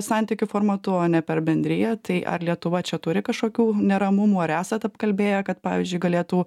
santykių formatu o ne per bendriją tai ar lietuva čia turi kažkokių neramumų ar esat apkalbėję kad pavyzdžiui galėtų